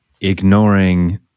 ignoring